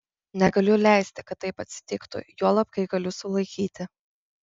negaliu leisti kad taip atsitiktų juolab kai galiu sulaikyti